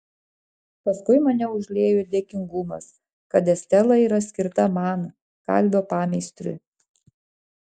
paskui mane užliejo dėkingumas kad estela yra skirta man kalvio pameistriui